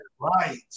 right